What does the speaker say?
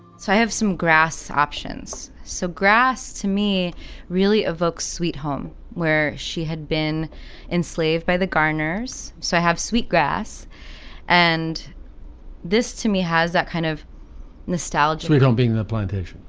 so i have some grass options, so grass to me really evokes sweet home where she had been enslaved by the gardeners. so i have sweet grass and this to me has that kind of nostalgia. we don't being the plantation.